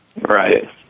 Right